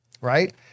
right